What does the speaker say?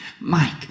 Mike